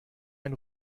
ein